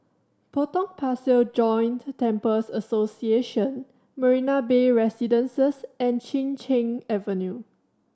Potong Pasir Joint Temples Association Marina Bay Residences and Chin Cheng Avenue